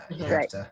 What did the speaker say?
right